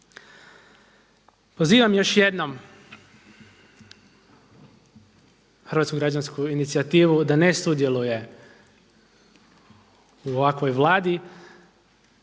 Pozivam još jednom Hrvatsku građansku inicijativu da ne sudjeluje u ovakvoj Vladi,